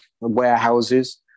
warehouses